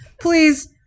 please